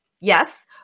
Yes